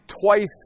twice